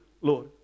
Lord